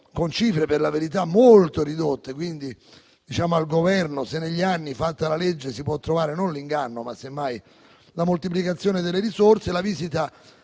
di cifre per la verità molto ridotte. Al Governo, negli anni, fatta la legge si può trovare non l'inganno, ma semmai la moltiplicazione delle risorse: dal museo